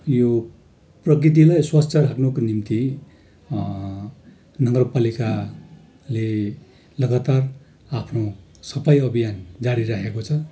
यो प्रकृतिलाई स्वच्छ राख्नुको निम्ति नगरपालिकाले लगातार आफ्नो सफाइ अभियान जारी राखेको छ